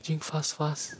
drink fast fast